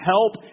Help